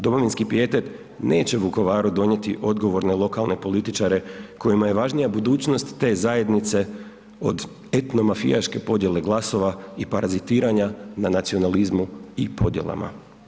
Domovinski pijetet neće Vukovaru donijeti odgovorne lokalne političare kojima je važnija budućnost te zajednice od etnomafijaške podjele glasova i parazitiranja na nacionalizmu i podjelama.